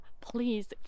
please